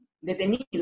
detenido